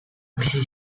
bizi